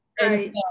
Right